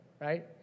right